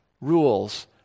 rules